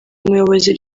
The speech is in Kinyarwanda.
umuyobozi